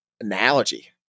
analogy